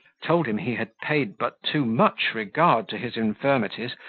told him he had paid but too much regard to his infirmities,